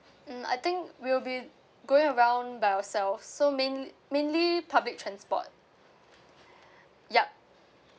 um I think we will be going around by ourselves so mainl~ mainly public transport yup